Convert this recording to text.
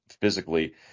physically